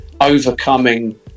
overcoming